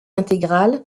intégrale